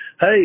Hey